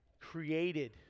created